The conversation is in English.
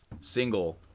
single